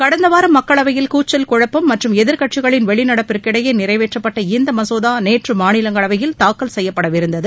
கடந்த வாரம் மக்களவையில் கூச்சல் குழப்பம் மற்றும் எதிர்க்கட்சிகளின் வெளிநடப்பிற்கிடையே நிறைவேற்றப்பட்ட இந்த மசோதா நேற்று மாநிலங்களவையில் தாக்கல் செய்யப்படவிருந்தது